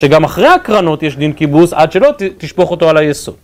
שגם אחרי הקרנות יש דין קיבוץ עד שלא תשפוך אותו על היסוד.